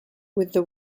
within